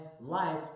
life